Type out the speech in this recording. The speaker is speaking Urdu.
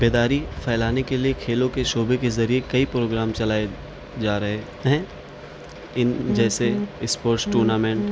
بیداری پھیلانے کے لیے کھیلوں کے شعبے کے ذریعے کئی پروگرام چلائے جا رہے ہیں ان جیسے اسپورٹس ٹورنامنٹ میں